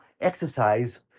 exercise